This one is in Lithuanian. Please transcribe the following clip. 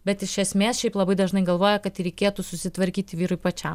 bet iš esmės šiaip labai dažnai galvoja kad ir reikėtų susitvarkyti vyrui pačiam